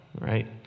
right